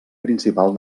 principal